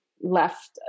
left